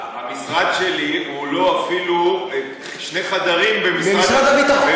המשרד שלי הוא אפילו לא שני חדרים במשרד הביטחון.